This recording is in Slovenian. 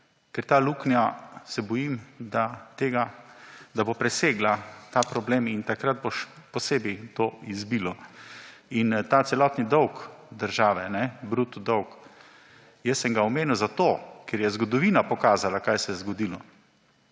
ker ta luknja, se bojim, da bo presegla ta problem in takrat bo še posebej to izbilo. In ta celotni dolg države, bruto dolg – jaz sem ga omenil zato, ker je zgodovina pokazala, kaj se je zgodilo.